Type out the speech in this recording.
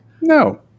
No